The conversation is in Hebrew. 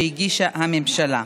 שהגישה הממשלה.